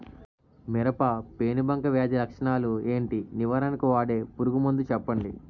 మిరప పెనుబంక వ్యాధి లక్షణాలు ఏంటి? నివారణకు వాడే పురుగు మందు చెప్పండీ?